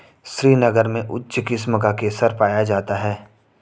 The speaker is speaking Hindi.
श्रीनगर में उच्च किस्म का केसर पाया जाता है